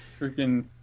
freaking